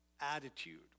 attitude